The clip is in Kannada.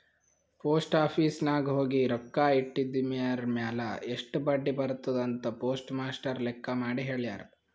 ಪೋಸ್ಟ್ ಆಫೀಸ್ ನಾಗ್ ಹೋಗಿ ರೊಕ್ಕಾ ಇಟ್ಟಿದಿರ್ಮ್ಯಾಲ್ ಎಸ್ಟ್ ಬಡ್ಡಿ ಬರ್ತುದ್ ಅಂತ್ ಪೋಸ್ಟ್ ಮಾಸ್ಟರ್ ಲೆಕ್ಕ ಮಾಡಿ ಹೆಳ್ಯಾರ್